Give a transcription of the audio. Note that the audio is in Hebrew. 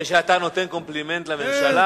זה שאתה נותן קומפלימנט לממשלה,